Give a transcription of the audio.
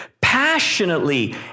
passionately